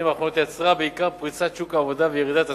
האחרונות יצרה בעיקר פריצת שוק העבודה וירידת השכר.